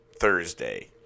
Thursday